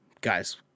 Guys